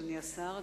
אדוני השר,